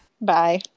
Bye